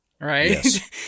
Right